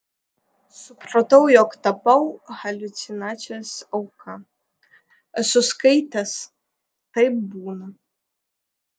supratau jog tapau haliucinacijos auka esu skaitęs taip būna